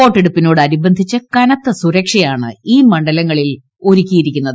വോട്ടെടുപ്പിനോട് അനുബന്ധിച്ച് കനത്ത സുരക്ഷയാണ് ഈ മണ്ഡലങ്ങളിൽ ഒരുക്കിയിരിക്കുന്നത്